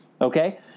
Okay